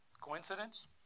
Coincidence